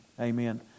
amen